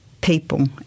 people